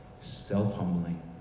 self-humbling